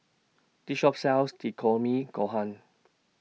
This Shop sells Gohan